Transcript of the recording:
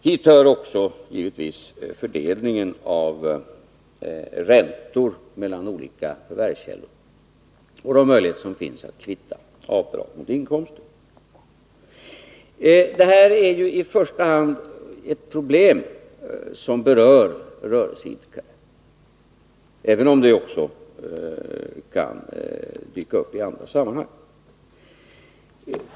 Hit hör givetvis också fördelningen av räntor mellan olika förvärvskällor och de möjligheter som finns att kvitta avdrag mot inkomster. Det här är ett problem som i första hand berör rörelseidkare, även om det också kan dyka upp i andra sammanhang.